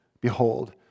behold